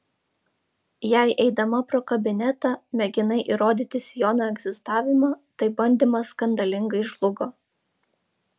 jei eidama pro kabinetą mėginai įrodyti sijono egzistavimą tai bandymas skandalingai žlugo